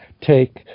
take